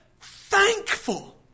thankful